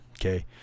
okay